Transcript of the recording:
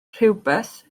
rhywbeth